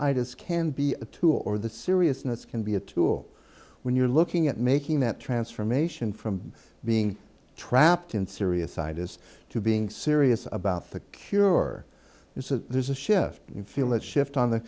ideas can be a tool or the seriousness can be a tool when you're looking at making that transformation from being trapped in serious scientists to being serious about the cure and so there's a shift you feel that shift on t